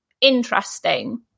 interesting